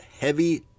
heavy